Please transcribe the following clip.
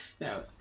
No